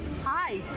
Hi